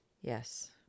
Yes